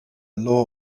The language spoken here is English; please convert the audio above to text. law